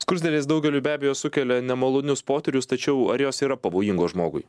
skruzdėlės daugeliui be abejo sukelia nemalonius potyrius tačiau ar jos yra pavojingos žmogui